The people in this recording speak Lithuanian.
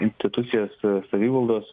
institucijas savivaldos